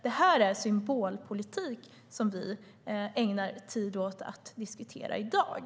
Det är symbolpolitik som vi ägnar tid åt att diskutera i dag.